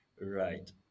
Right